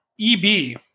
EB